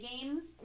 games